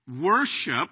worship